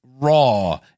raw